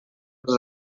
els